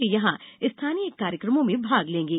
वे यहां स्थानीय कार्यक्रमों में भाग लेंगे